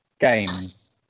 games